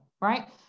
Right